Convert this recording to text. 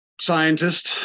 scientist